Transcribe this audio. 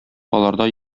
аларда